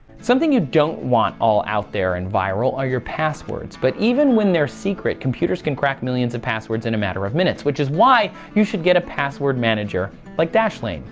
something you don't want all out there and viral or your passwords. but even when they're secret computers can crack millions of passwords in a matter of minutes, which is why you should get a password manager like dashlane!